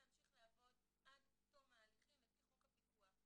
להמשיך לעבוד עד תום ההליכים לפי חוק הפיקוח.